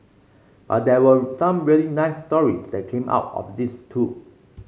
but there were some really nice stories that came out of this too